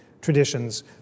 traditions